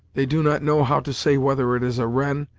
they do not know how to say whether it is a wren,